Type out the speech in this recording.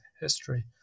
history